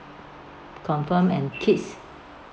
confirm and kids